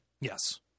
Yes